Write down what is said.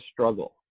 struggle